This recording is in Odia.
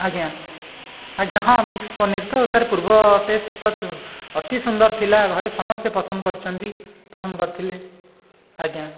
ଆଜ୍ଞା ଆଜ୍ଞା ହଁ ମିକ୍ସ ପନିର୍ ତ ସାର୍ ପୂର୍ବ ଟେଷ୍ଟ ତ ଅତି ସୁନ୍ଦର ଥିଲା ଘରେ ସମସ୍ତେ ପସନ୍ଦ କରିଛନ୍ତି ପସନ୍ଦ କରିଥିଲେ ଆଜ୍ଞା